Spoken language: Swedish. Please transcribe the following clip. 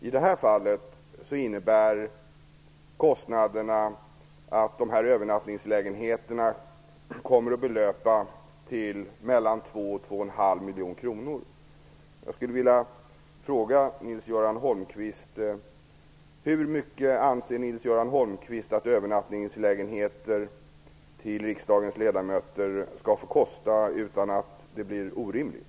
I det här fallet kommer kostnaderna för övernattningslägenheterna att belöpa sig till 2-2,5 Holmqvist hur mycket han anser att övernattningslägenheter till riksdagens ledamöter kan kosta utan att det blir orimligt.